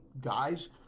guys